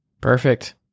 perfect